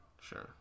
sure